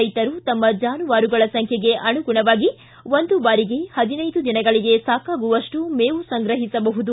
ರೈತರು ತಮ್ಮ ಜಾನುವಾರುಗಳ ಸಂಖ್ಯೆಗೆ ಅನುಗುಣವಾಗಿ ಒಂದು ಬಾರಿಗೆ ಹದಿನೈದು ದಿನಗಳಿಗೆ ಸಾಕಾಗುವಷ್ಟು ಮೇವು ಸಂಗ್ರಹಿಸಬಹುದು